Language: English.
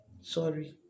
Sorry